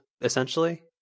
essentially